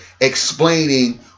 explaining